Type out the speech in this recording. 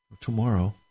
Tomorrow